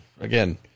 again